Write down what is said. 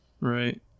right